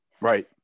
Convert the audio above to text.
Right